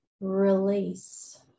Release